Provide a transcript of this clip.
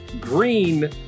Green